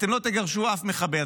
אתם לא תגרשו אף מחבל.